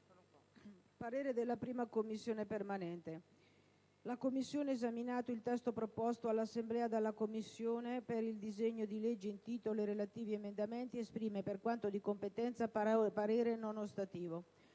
«La 1a Commissione permanente, esaminato il testo proposto all'Assemblea dalla Commissione, per il disegno di legge in titolo e i relativi emendamenti, esprime per quanto di competenza parere non ostativo».